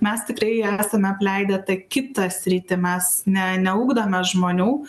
mes tikrai esame apleidę tą kitą sritį mes ne neugdome žmonių